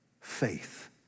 faith